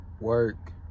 work